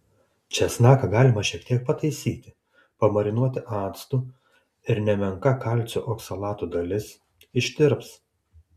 česnaką galima šiek tiek pataisyti pamarinuoti actu ir nemenka kalcio oksalato dalis ištirps